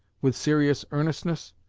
with serious earnestness.